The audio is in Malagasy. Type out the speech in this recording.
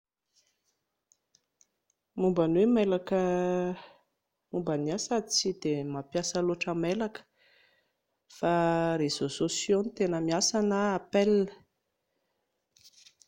Momba ny hoe mailaka momba ny asa tsy dia mampiasa loatra mailaka fa réseau sociaux no tena miasa na appel